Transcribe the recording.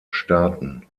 staaten